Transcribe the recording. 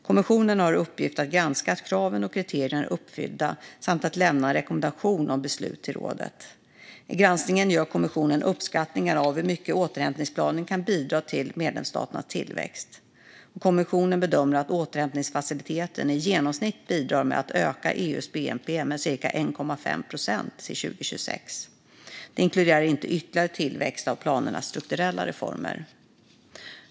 Kommissionen har i uppgift att granska att kraven och kriterierna är uppfyllda samt att lämna en rekommendation om beslut till rådet. I granskningarna gör kommissionen uppskattningar av hur mycket återhämtningsplanerna kan bidra till medlemsstaternas tillväxt. Kommissionen bedömer att återhämtningsfaciliteten i genomsnitt bidrar med att öka EU:s bnp med cirka 1,5 procent till 2026. Detta inkluderar inte ytterligare tillväxt av planernas strukturella reformer.